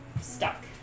stuck